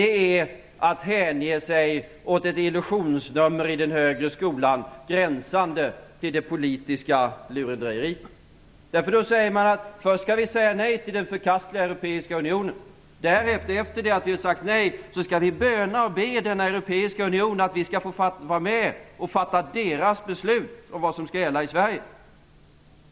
Det är att hänge sig åt ett illusionsnummer i den högre skolan, gränsande till det politiska lurendrejeriet. Först skall vi säga nej till den förkastliga europeiska unionen; därefter skall vi böna och be den europeiska unionen om att vi skall få vara med och fatta deras beslut om vad som skall gälla i Sverige!